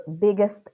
biggest